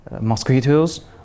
mosquitoes